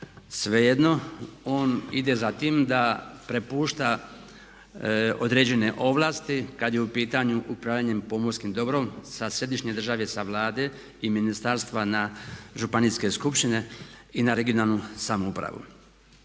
svejedno on ide za tim da prepušta određene ovlasti kad je u pitanju upravljanje pomorskim dobrom sa središnje države sa Vlade i ministarstva na Županijske skupštine i na regionalnu samoupravu.